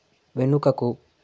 వెనుకకు